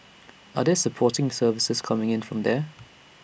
are there supporting services coming in from there